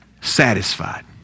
satisfied